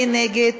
מי נגד?